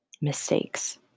mistakes